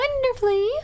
wonderfully